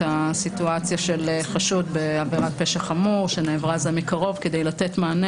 הסיטואציה של חשוד בעבירת פשע חמור שנעברה זה מקרוב כדי לתת מענה